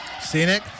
Scenic